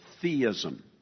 theism